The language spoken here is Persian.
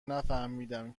نفهمیدم